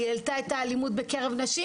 היא העלתה את האלימות כלפי נשים.